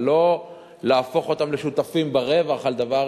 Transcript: אבל לא להפוך אותם לשותפים ברווח על דבר